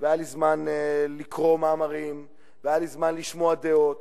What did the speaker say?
היה לי זמן לקרוא מאמרים, היה לי זמן לשמוע דעות